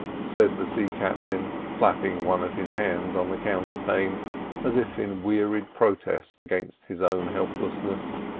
said the sea captain, flapping one of his hands on the counterpane as if in wearied protest against his own helplessness.